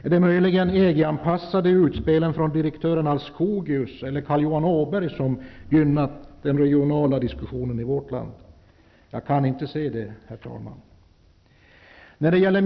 Är det möjligen de EG-anpassade utspelen från direktören Aldskogius eller från Carl Johan Åberg som gynnat den regionala balansen i vårt land? Jag kan inte se det, herr talman.